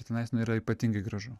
ir tenais nu yra ypatingai gražu